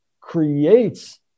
creates